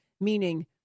meaning